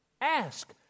Ask